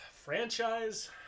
Franchise